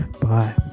Bye